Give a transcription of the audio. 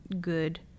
good